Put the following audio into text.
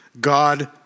God